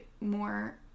more